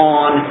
on